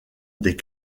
des